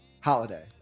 holiday